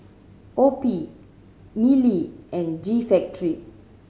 OPI Mili and G Factory